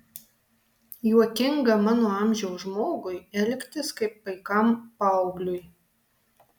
juokinga mano amžiaus žmogui elgtis kaip paikam paaugliui